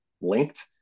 linked